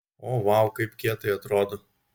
o vau kaip kietai atrodo